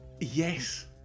Yes